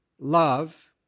love